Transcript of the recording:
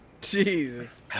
Jesus